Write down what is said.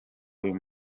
uyu